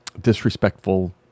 Disrespectful